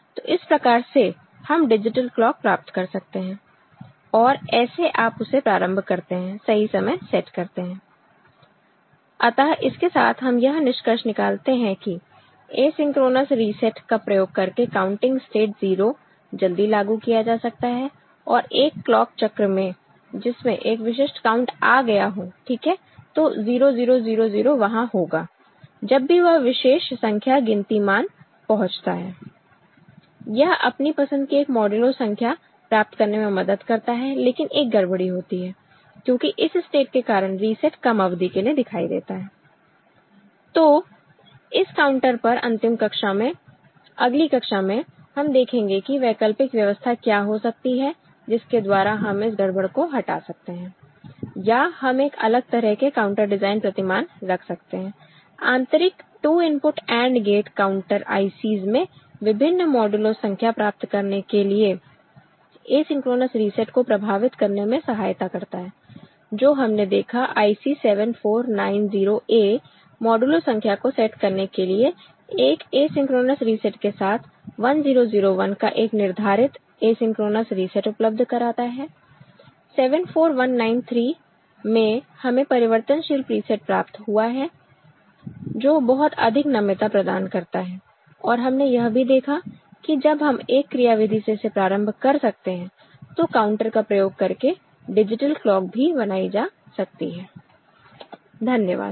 तो इस प्रकार से हम डिजिटल क्लॉक प्राप्त कर सकते हैं और ऐसे आप उसे प्रारंभ करते हैं सही समय सेट करते हैं अतः इसके साथ हम यह निष्कर्ष निकालते हैं कि एसिंक्रोनस रीसेट का प्रयोग करके काउंटिंग स्टेट 0 जल्दी लागू किया जा सकता है और एक क्लॉक चक्र में जिसमें एक विशेष काउंट आ गया हो ठीक है तो 0 0 0 0 वहां होगा जब भी वह विशेष संख्या गिनती मान पहुंचता है यह अपनी पसंद की एक मॉडुलो संख्या प्राप्त करने में मदद करता है लेकिन एक गड़बड़ी होती है क्योंकि इस स्टेट के कारण रीसेट कम अवधि के लिए दिखाई देता है तो इस काउंटर पर अंतिम कक्षा में अगली कक्षा में हम देखेंगे कि वैकल्पिक व्यवस्था क्या हो सकती है जिसके द्वारा हम इस गड़बड़ को हटा सकते हैं या हम एक अलग तरह के काउंटर डिजाइन प्रतिमान रख सकते हैं आंतरिक 2 input AND gate counter ICs में विभिन्न मॉडुलो संख्या प्राप्त करने के लिए एसिंक्रोनस रीसेट को प्रभावित करने में सहायता करता है जो हमने देखा IC 7490A मॉडुलो संख्या को सेट करने के लिए एक एसिंक्रोनस रीसेट के साथ 1 0 0 1 का एक निर्धारित एसिंक्रोनस रीसेट उपलब्ध कराता है IC 74193 में हमें परिवर्तनशील प्रीसेट प्राप्त हुआ जो बहुत अधिक नम्यता प्रदान करता है और हमने यह भी देखा कि जब हम एक क्रियाविधि से इसे प्रारंभ कर सकते हैं तो काउंटर का प्रयोग करके डिजिटल क्लॉक भी बनाई जा सकती है धन्यवाद